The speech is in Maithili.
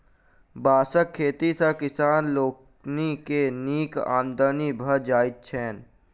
बाँसक खेती सॅ किसान लोकनि के नीक आमदनी भ जाइत छैन